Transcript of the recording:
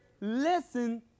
listen